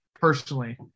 personally